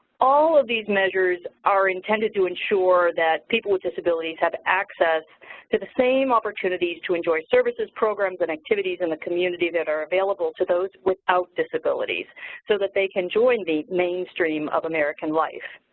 all of these measures are intended to ensure that people with disabilities have access to the same opportunity to enjoy services, programs and activities in the community that are available to those without disabilities so that they can join the mainstream mainstream of american life.